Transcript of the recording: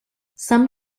some